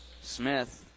Smith